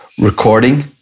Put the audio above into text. recording